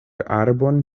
arbon